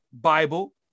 bible